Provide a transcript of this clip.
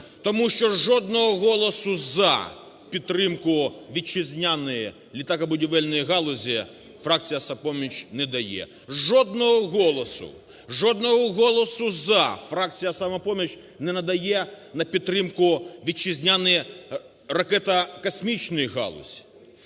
Тому що жодного голосу "за" підтримку вітчизняної літакобудівельної галузі фракція "Самопоміч" не дає, жодного голосу, жодного голосу "за" фракція "Самопоміч" не надає на підтримку вітчизняної ракето-космічної галузі.